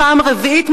רביעית,